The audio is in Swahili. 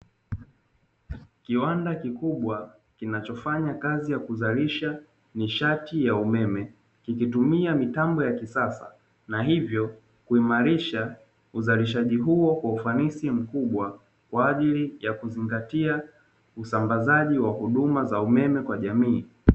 Kiwanda kikubwa kinachofanya kazi ya kuzalisha nishati ya umeme, kikitumia mitambo ya kisasa na hivyo kuimarisha uzalishaji huo kwa ufanisi mkubwa, kwa ajili ya kuzingatia usambazaji wa huduma za umeme kwa jamii.